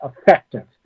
effective